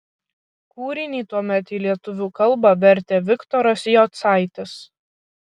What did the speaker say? kūrinį tuomet į lietuvių kalbą vertė viktoras jocaitis